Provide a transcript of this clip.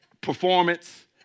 performance